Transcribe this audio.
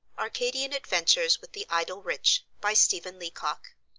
arcadian adventures with the idle rich by stephen leacock,